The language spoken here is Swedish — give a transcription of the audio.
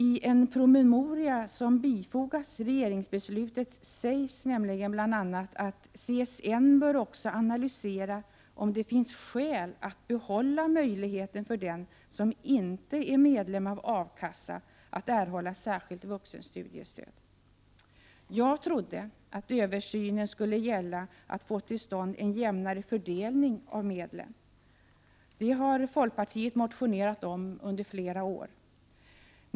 I en promemoria som bifogats regeringsbeslutet sägs bl.a. att ”CSN bör också analysera om det finns skäl för att behålla möjligheten för den som inte är medlem av A-kassa att erhålla särskilt vuxenstudiestöd”. Jag trodde att översynen skulle gälla att få till stånd en jämnare fördelning av medlen. Det har folkpartiet motionerat om under flera år.